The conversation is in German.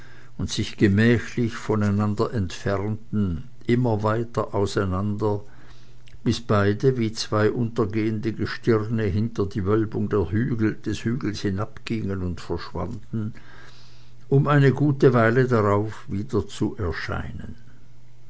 und sich mählich voneinander entfernten immer weiter auseinander bis beide wie zwei untergehende gestirne hinter die wölbung des hügels hinabgingen und verschwanden um eine gute weile darauf wieder zu erscheinen